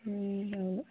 అవును